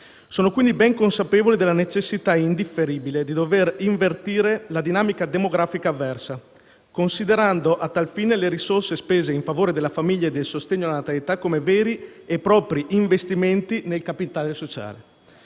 Sono quindi ben consapevole della necessità indifferibile di invertire la dinamica demografica avversa, considerando a tal fine le risorse spese in favore della famiglia e del sostegno alla natalità come veri e propri investimenti nel capitale sociale.